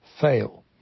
fail